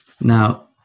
Now